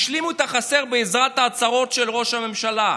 השלימו את החסר בעזרת ההצהרות של ראש הממשלה,